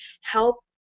help